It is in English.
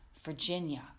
Virginia